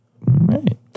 Right